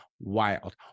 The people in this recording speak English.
wild